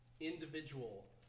individual